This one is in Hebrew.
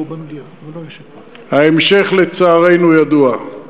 ההמשך לצערנו ידוע.